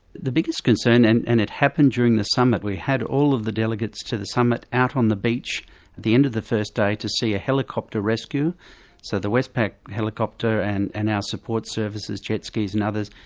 the biggest concern, and and it happened during the summit, we had all of the delegates to the summit out on the beach at the end of the first day to see a helicopter rescue so the westpac helicopter and and our support services, jet skis and others,